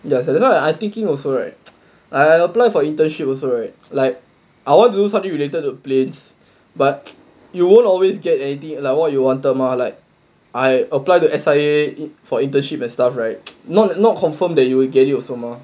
ya so that's why I thinking also right like I apply for internship also right like I want to do something related to planes but you won't always get anything lah like what you wanted mah like I applied to S_I_A for internship and stuff right not not confirmed that you would get it also mah